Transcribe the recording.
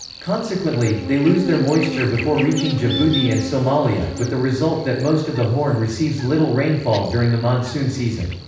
consequently, they lose their moisture before reaching djibouti and somalia, with the result that most of the horn receives little rainfall during the monsoon season.